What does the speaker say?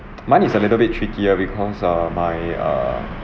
money is a little bit trickier because uh my err